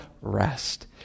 rest